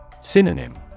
Synonym